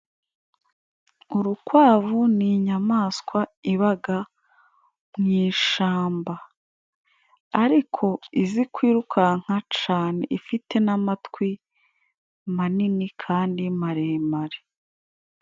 Urukwavu ni inyamaswa ibaga mu ishamba ariko izikwirukanka cane ifite n'amatwi manini kandi maremare.